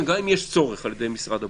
גם אם יש צורך על ידי משרד הבריאות,